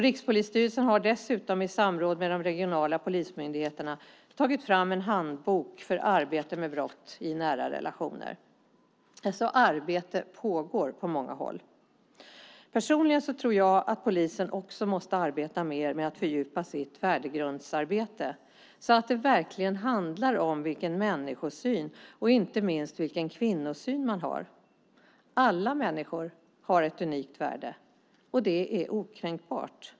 Rikspolisstyrelsen har dessutom i samråd med de regionala polismyndigheterna tagit fram en handbok för arbete med brott i nära relationer. Arbete pågår alltså på många håll. Personligen tror jag att polisen måste fördjupa sitt värdegrundsarbete så att det verkligen handlar om vilken människosyn och inte minst vilken kvinnosyn man har. Alla människor har ett unikt värde, och det är okränkbart.